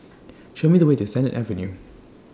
Show Me The Way to Sennett Avenue